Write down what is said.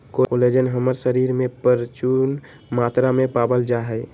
collagen हमर शरीर में परचून मात्रा में पावल जा हई